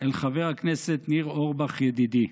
אל חבר הכנסת ניר אורבך, ידידי.